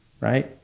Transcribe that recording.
right